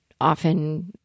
often